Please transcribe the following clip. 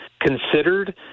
considered